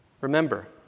Remember